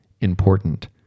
important